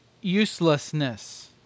uselessness